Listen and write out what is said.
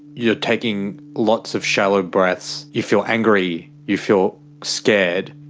you're taking lots of shallow breaths. you feel angry, you feel scared,